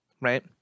Right